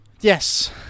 Yes